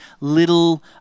little